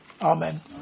Amen